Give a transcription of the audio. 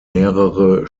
mehrere